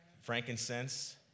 frankincense